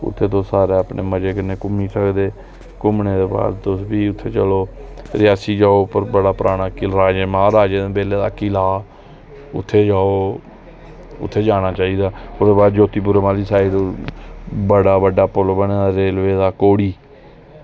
उत्थें तुस सारे अपने मज़े कन्नै घुम्मी सकदे घुम्मनै दे बाद तुस भी उत्थें चलो रियासी जाओ उप्पर बड़ा पराना किला राजे म्हाराजें दे बेल्ले दा किला उत्थै जाओ उत्थै जाना चाहिदा ओह्दे बाद ज्योतिपुरम आह्ली साईड बड़ा बड्डा पुल बने दा रेलवे दा कोड़ी